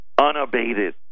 unabated